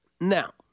Now